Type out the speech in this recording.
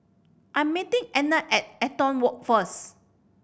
I'm meeting Ednah at Eaton Walk first